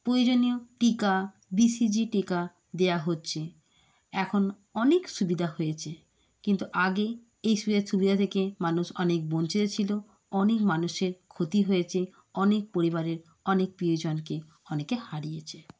প্রয়োজনীয় টিকা B C G টিকা দেওয়া হচ্ছে এখন অনেক সুবিধা হয়েছে কিন্তু আগে এই সুযোগ সুবিধা থেকে মানুষ অনেক বঞ্চিত ছিল অনেক মানুষের ক্ষতি হয়েছে অনেক পরিবারের অনেক প্রিয়জনকে অনেকে হারিয়েছে